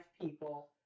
people